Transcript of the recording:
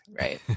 right